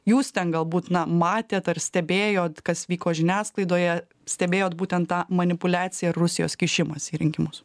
jūs ten galbūt na matėt ar stebėjot kas vyko žiniasklaidoje stebėjot būtent tą manipuliaciją ir rusijos kišimąsi į rinkimus